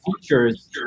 features